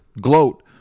gloat